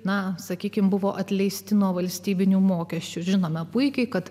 na sakykime buvo atleisti nuo valstybinių mokesčių žinoma puikiai kad